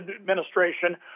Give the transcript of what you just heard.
Administration